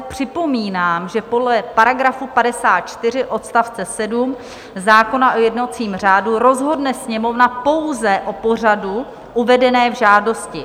Připomínám, že podle § 54 odst. 7 zákona o jednacím řádu rozhodne Sněmovna pouze o pořadu uvedeném v žádosti.